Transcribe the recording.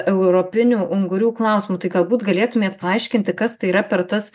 europinių ungurių klausimu tai galbūt galėtumėt paaiškinti kas tai yra per tas